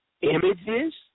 Images